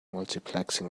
multiplexing